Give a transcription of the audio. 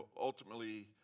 ultimately